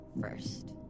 first